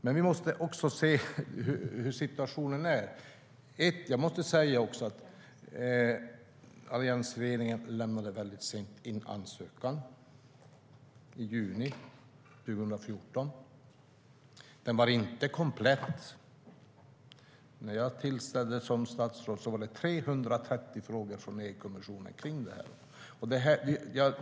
Men vi måste också se hurdan situationen är. Alliansregeringen lämnade in ansökan väldigt sent i juni 2014. Den var inte komplett. När jag tillträdde som statsråd var det 330 frågor från EU-kommissionen om detta.